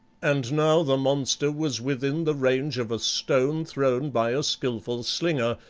and now the monster was within the range of a stone thrown by a skilful slinger,